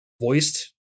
voiced